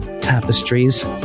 tapestries